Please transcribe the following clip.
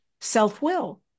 self-will